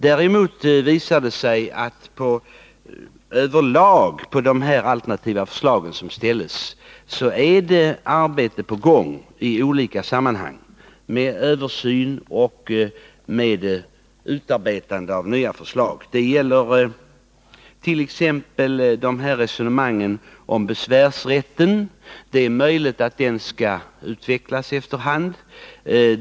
Däremot visar det sig över lag i fråga om de alternativa förslag som ställs att arbete är på gång i olika sammanhang, med översyn och med utarbetande av nya förslag. Det gäller t.ex. besvärsrätten. Det är möjligt att den bör utvecklas efter hand.